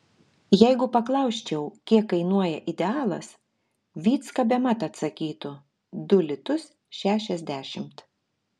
jeigu paklausčiau kiek kainuoja idealas vycka bemat atsakytų du litus šešiasdešimt